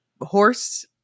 horse